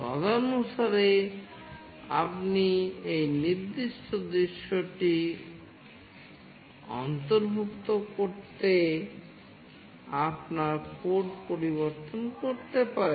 তদনুসারে আপনি এই নির্দিষ্ট দৃশ্যটি অন্তর্ভুক্ত করতে আপনার কোড পরিবর্তন করতে পারেন